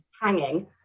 hanging